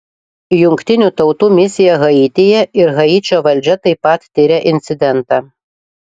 jungtinių tautų misija haityje ir haičio valdžia taip pat tiria incidentą